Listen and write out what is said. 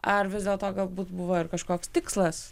ar vis dėlto galbūt buvo ir kažkoks tikslas